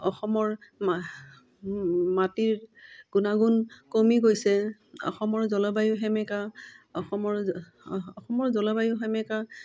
অসমৰ মাটিৰ গুণাগুণ কমি গৈছে অসমৰ জলবায়ু সেমেকা অসমৰ অসমৰ জলবায়ু সেমেকা